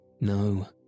No